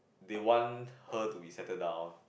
they want her to be settle down